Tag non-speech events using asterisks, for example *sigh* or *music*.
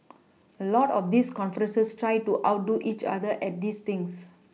*noise* a lot of these conferences try to outdo each other at these things